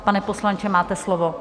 Pane poslanče, máte slovo.